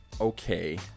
okay